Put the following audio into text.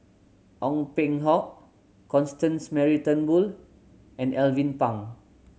Ong Peng Hock Constance Mary Turnbull and Alvin Pang